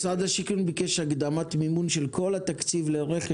משרד השיכון ביקש הקדמת מימון של כל התקציב לרכש